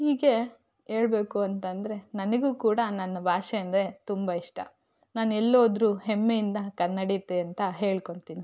ಹೀಗೆ ಹೇಳ್ಬೇಕು ಅಂತಂದರೆ ನನಗೂ ಕೂಡ ನನ್ನ ಭಾಷೆ ಅಂದರೆ ತುಂಬ ಇಷ್ಟ ನಾನು ಎಲ್ಲೋದರೂ ಹೆಮ್ಮೆಯಿಂದ ಕನ್ನಡತಿ ಅಂತ ಹೇಳ್ಕೊತಿನಿ